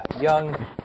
young